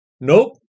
Nope